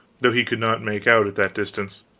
though he could not make out at that distance.